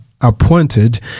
appointed